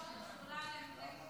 השדולה לבריאות הנפש,